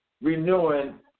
renewing